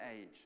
age